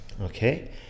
Okay